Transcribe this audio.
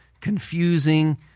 confusing